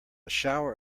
shower